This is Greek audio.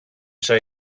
ίσα